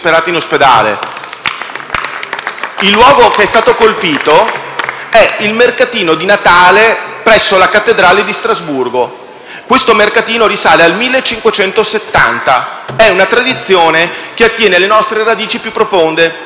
Il luogo che è stato colpito è il mercatino di Natale presso la cattedrale di Strasburgo. Questo mercatino risale al 1570, è una tradizione che attiene alle nostre radici più profonde, quelle radici cristiane